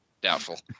Doubtful